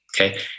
Okay